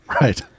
Right